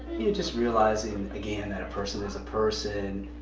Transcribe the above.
you just realizing again that a person is a person,